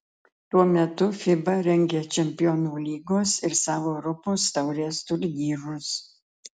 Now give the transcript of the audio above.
tuo metu fiba rengia čempionų lygos ir savo europos taurės turnyrus